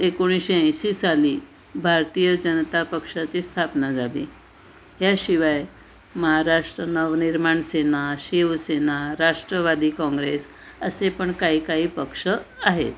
एकोणीशे ऐंशी साली भारतीय जनता पक्षाची स्थापना झाली ह्याशिवाय महाराष्ट्र नवनिर्माण सेना शिवसेना राष्ट्रवादी काँग्रेस असे पण काही काही पक्ष आहेत